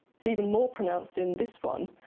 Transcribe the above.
it's even more pronounced in this one.